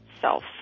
self